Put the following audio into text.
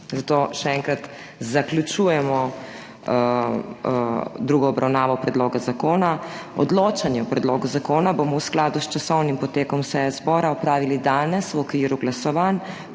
Zato še enkrat – zaključujemo drugo obravnavo predloga zakona. Odločanje o predlogu zakona bomo v skladu s časovnim potekom seje zbora opravili danes v okviru glasovanj,